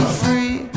free